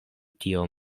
tio